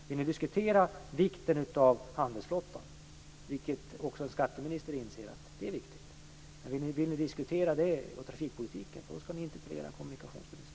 Vill ni diskutera vikten av en handelsflotta - även en skatteminister anser att den är viktig - och trafikpolitiken skall ni interpellera kommunikationsministern.